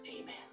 Amen